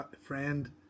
Friend